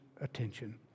attention